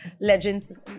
legends